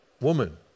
woman